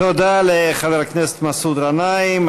תודה לחבר הכנסת מסעוד גנאים.